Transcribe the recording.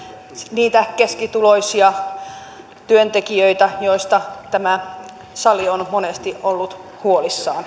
niitä keskituloisia työntekijöitä joiden pärjäämisestä tämä sali on monesti ollut huolissaan